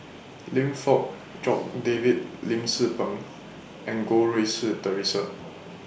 Lim Fong Jock David Lim Tze Peng and Goh Rui Si Theresa